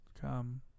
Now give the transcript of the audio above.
come